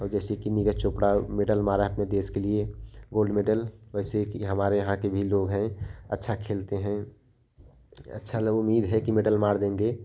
और जैसे कि नीरज चोपड़ा मेडल मारा अपने देश के लिए गोल्ड मेडल वैसे ही हमारे यहाँ के वीर लोग हैं अच्छा खेलते हैं अच्छा वह वीर हैं मेडल मार देंगे